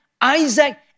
Isaac